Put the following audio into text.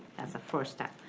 that's the first step.